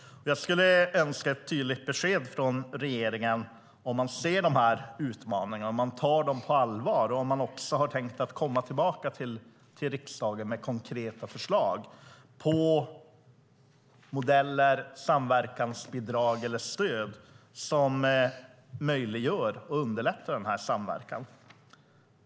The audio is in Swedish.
Jag skulle önska ett tydligt besked om att regeringen ser de här utmaningarna, tar dem på allvar och har tänkt komma tillbaka till riksdagen med konkreta förslag på modeller, samverkansbidrag eller stöd som möjliggör och underlättar denna samverkan.